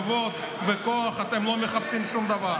כבוד וכוח אתם לא מחפשים שום דבר.